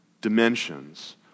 dimensions